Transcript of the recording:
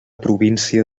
província